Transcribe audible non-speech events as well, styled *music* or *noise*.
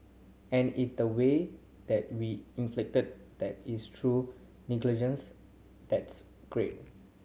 and if the way that we *unintelligible* that is through *unintelligible* that's great